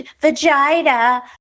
vagina